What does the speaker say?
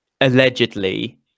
allegedly